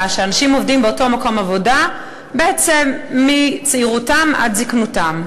שאנשים עובדים באותו מקום עבודה בעצם מצעירותם עד זיקנותם.